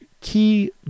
key